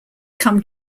come